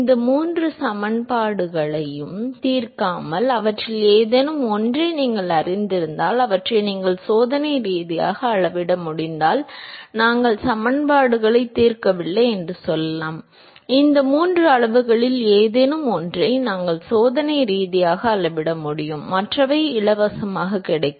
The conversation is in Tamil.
இந்த மூன்று சமன்பாடுகளையும் தீர்க்காமல் அவற்றில் ஏதேனும் ஒன்றை நீங்கள் அறிந்திருந்தால் அவற்றை நீங்கள் சோதனை ரீதியாக அளவிட முடிந்தால் நாங்கள் சமன்பாடுகளைக் கூட தீர்க்கவில்லை என்று சொல்லலாம் இந்த மூன்று அளவுகளில் ஏதேனும் ஒன்றை நாங்கள் சோதனை ரீதியாக அளவிட முடியும் மற்றவை இலவசமாக கிடைக்கும்